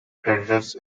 creditors